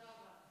תודה רבה.